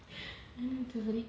no need to worry